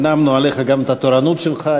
הנעמנו עליך גם את התורנות שלך,